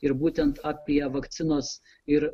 ir būtent apie vakcinos ir